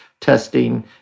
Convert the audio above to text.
testing